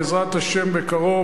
בעזרת השם בקרוב,